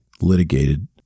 litigated